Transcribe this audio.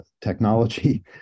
technology